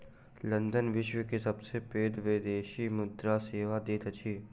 London विश्व के सबसे पैघ विदेशी मुद्रा सेवा दैत अछि